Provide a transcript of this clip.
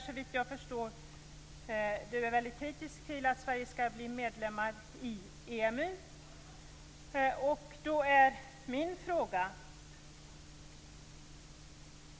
Såvitt jag förstår är Olof Johansson mycket kritisk till att Sverige blir medlemmar i EMU.